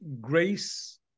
grace